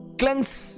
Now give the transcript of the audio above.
cleanse